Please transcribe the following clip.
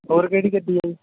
ਹੋਰ ਕਿਹੜੀ ਗੱਡੀ ਹੈ